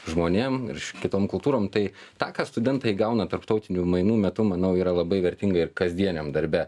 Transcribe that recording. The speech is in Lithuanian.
žmonėm ir kitom kultūrom tai tą ką studentai gauna tarptautinių mainų metu manau yra labai vertinga ir kasdieniam darbe